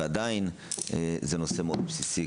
עדיין זה נושא מאוד בסיסי,